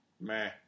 meh